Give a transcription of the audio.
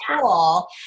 cool